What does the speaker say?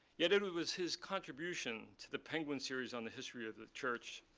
yet it was his contribution to the penguin series on the history of the church,